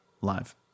live